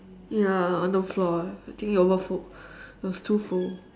ya on the floor I think it overflowed it was too full